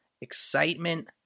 excitement